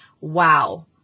wow